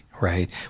right